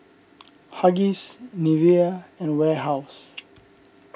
Huggies Nivea and Warehouse